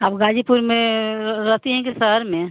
आप ग़ाज़ीपुर में रहती हैं कि शहर में